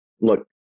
Look